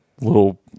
little